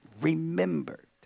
remembered